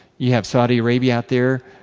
you have saudi arabia, out there,